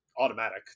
automatic